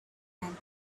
and